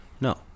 no